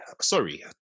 Sorry